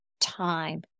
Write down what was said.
time